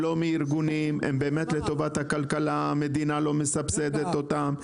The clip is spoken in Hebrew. הם לא מארגונים; הם באמת לטובת הכלכלה והמדינה לא מסבסדת אותם.